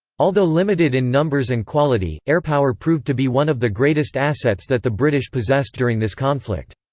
although limited in numbers and quality, airpower proved to be one of the greatest assets that the british possessed during this conflict.